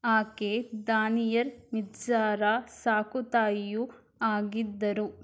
ಆಕೆ ದಾನಿಯಲ್ ಮಿರ್ಜಾರ ಸಾಕುತಾಯಿಯೂ ಆಗಿದ್ದರು